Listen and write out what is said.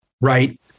Right